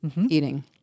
eating